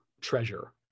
treasure